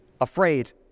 afraid